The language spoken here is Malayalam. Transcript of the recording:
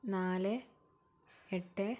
നാല് എട്ട്